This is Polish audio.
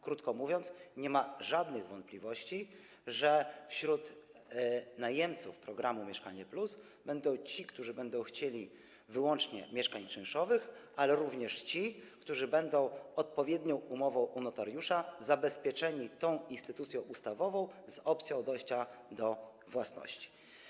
Krótko mówiąc, nie ma żadnych wątpliwości, że wśród najemców programu „Mieszkanie+” będą ci, którzy będą chcieli wyłącznie mieszkań czynszowych, ale również ci, którzy będą odpowiednią umową u notariusza zabezpieczeni tą instytucją ustawową z opcją dojścia do własności.